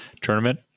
tournament